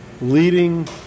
leading